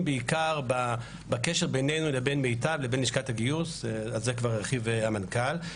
בעיקר בקשר בינינו ובין לשכת הגיוס על זה כבר הרחיב המנכ"ל.